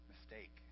mistake